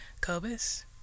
Cobus